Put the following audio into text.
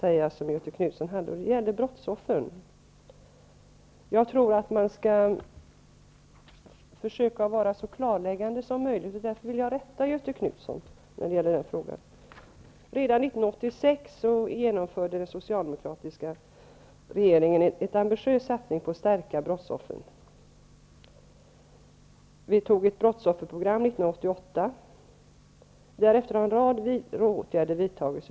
Först gäller det brottsoffren. Jag tror att man skall försöka uttala sig så klarläggande som möjligt. Därför vill jag göra ett tillrättaläggande med anledning av vad Göthe Knutson sade i den här frågan. Redan 1986 gjorde den socialdemokratiska regeringen en ambitiös satsning för att stärka brottsoffrens ställning. 1988 antog vi ett brottsofferprogram. Därefter har en rad åtgärder vidtagits.